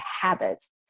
habits